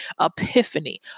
epiphany